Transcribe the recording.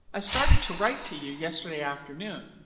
i started to write to you yesterday afternoon,